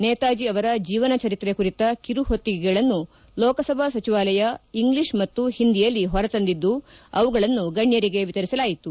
ನೇತಾಜಿ ಅವರ ಜೀವನ ಚರಿತ್ರೆ ಕುರಿತ ಕಿರುಹೊತ್ತಿಗೆಗಳನ್ನು ಲೋಕಸಭಾ ಸಚಿವಾಲಯ ಇಂಗ್ಲೀಷ್ ಮತ್ತು ಹಿಂದಿಯಲ್ಲಿ ಹೊರತಂದಿದ್ದು ಅವುಗಳನ್ನು ಗಣ್ಣರಿಗೆ ವಿತರಿಸಲಾಯಿತು